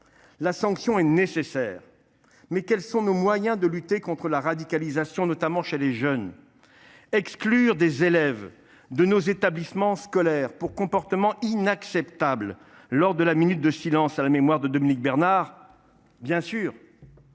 La sanction est nécessaire, mais quels sont nos moyens de lutter contre la radicalisation, notamment chez les jeunes ? Exclure des élèves de nos établissements scolaires pour comportement inacceptable lors de la minute de silence à la mémoire de Dominique Bernard, bien sûr !